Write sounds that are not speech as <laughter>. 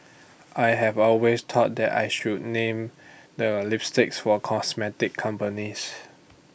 <noise> I have always thought that I should name the lipsticks for cosmetic companies